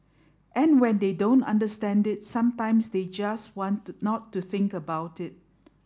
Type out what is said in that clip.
and when they don't understand it sometimes they just want to not to think about it